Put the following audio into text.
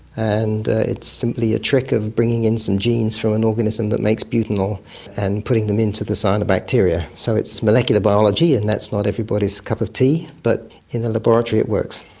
and it's simply a trick of bringing in some genes from an organism that makes butanol and putting them into the cyanobacteria. so it's molecular biology and that's not everybody's cup of tea, but in the laboratory it works.